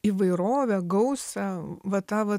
įvairovę gausą va tą vat